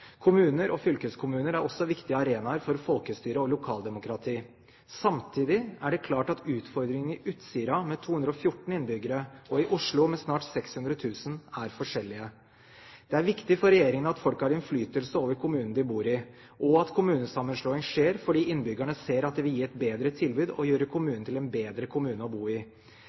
Kommuner og fylkeskommuner er også viktige arenaer for folkestyre og lokaldemokrati. Samtidig er det klart at utfordringene i Utsira med 214 innbyggere og Oslo med snart 600 000, er forskjellige. Det er viktig for regjeringen at folk har innflytelse i kommunen de bor i, og at kommunesammenslåing skjer fordi innbyggerne ser at det vil gi et bedre tilbud og gjøre kommunen til en bedre kommune å bo i.